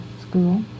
School